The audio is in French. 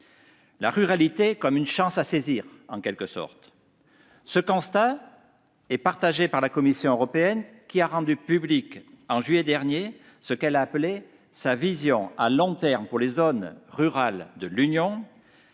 la ruralité comme une chance à saisir, en quelque sorte. Ce constat est partagé par la Commission européenne, laquelle a rendu publique, en juillet dernier, sa « vision à long terme pour les zones rurales de l'UE